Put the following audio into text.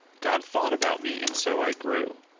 god thought about me, and so i grew.